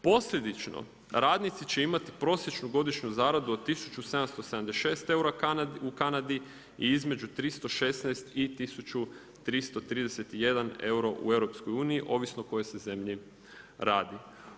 Posljedično, radnici će imati prosječnu godišnju zaradu od 1776 eura u Kanadi, između 316 i 1331 eura u EU-u, ovisno o kojoj se zemlji radi.